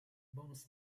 bonus